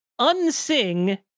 unsing